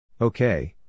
Okay